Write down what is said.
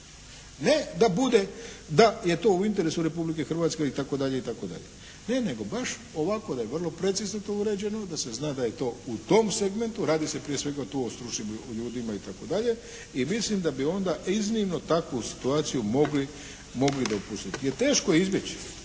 Ne da bude, da je to u interesu Republike Hrvatske itd., itd. Ne, nego baš ovako da je vrlo precizno to uređeno, da se zna da je to u tom segmentu, radi se prije svega tu o stručnim ljudima itd. i mislim da bi onda iznimno takvu situaciju mogli dopustiti. Jer teško je izbjeći